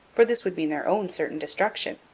for this would mean their own certain destruction.